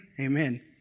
Amen